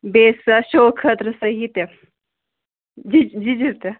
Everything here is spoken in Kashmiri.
بیٚیہِ سُہ شوق خٲطرٕ صحیح تہِ جی جی جی تہِ